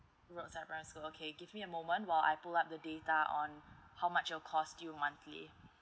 rosyth primary school okay give me a moment while I pull up the data on how much your cost due monthly